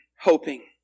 hoping